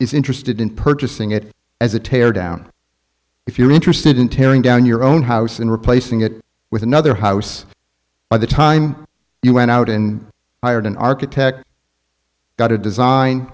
is interested in purchasing it as a tear down if you're interested in tearing down your own house and replacing it with another house by the time you went out and hired an architect to design